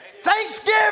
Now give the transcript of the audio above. thanksgiving